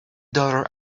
daughter